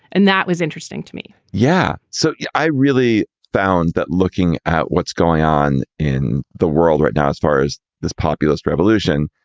and that was interesting to me yeah. so yeah i really found that looking at what's going on in the world right now as far as this populist revolution,